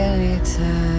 anytime